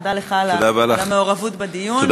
תודה לך על המעורבות בדיון.